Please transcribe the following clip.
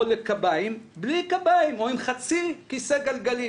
לקביים בלי קביים או עם חצי כיסא גלגלים,